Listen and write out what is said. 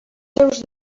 seus